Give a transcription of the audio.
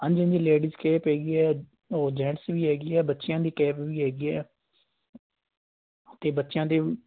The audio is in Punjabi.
ਹਾਂਜੀ ਹਾਂਜੀ ਲੇਡੀਜ਼ ਕੇਪ ਹੈਗੀ ਹੈ ਔਰ ਜੈਂਟਸ ਵੀ ਹੈਗੀ ਹੈ ਬੱਚਿਆਂ ਦੀ ਕੈਪ ਵੀ ਹੈਗੀ ਹੈ ਅਤੇ ਬੱਚਿਆਂ ਦੇ